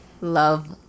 love